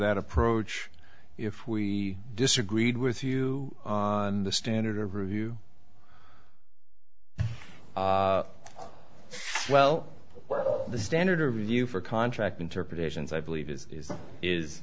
that approach if we disagreed with you on the standard of review well the standard of review for contract interpretations i believe is is